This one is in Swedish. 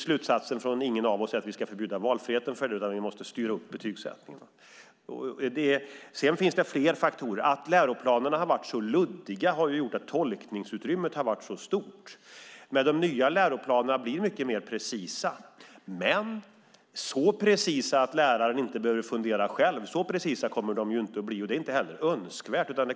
Slutsatsen från ingen av oss är att vi ska förbjuda valfrihet, men vi måste styra upp betygssättningen. Sedan finns det fler faktorer. Att läroplanerna varit luddiga har gjort att tolkningsutrymmet varit stort. De nya läroplanerna blir mycket mer precisa, men så precisa att läraren själv inte behöver fundera kommer de inte att bli, och det är heller inte önskvärt.